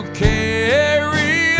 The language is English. carry